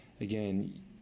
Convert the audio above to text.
Again